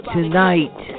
Tonight